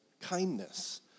Kindness